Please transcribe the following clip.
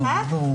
זה ברור.